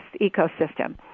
ecosystem